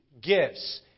gifts